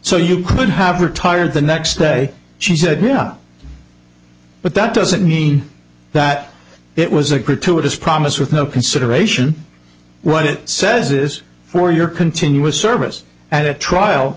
so you could have retired the next day she said yeah but that doesn't mean that it was a gratuitous promise with no consideration what it says is for your continuous service at a trial